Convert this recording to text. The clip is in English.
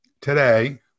today